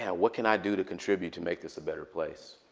what can i do to contribute to make this a better place?